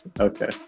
okay